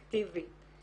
סובייקטיבית,